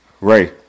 Ray